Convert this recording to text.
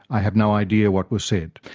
i have no idea what was said.